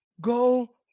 Go